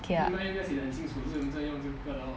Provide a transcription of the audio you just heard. kiara residency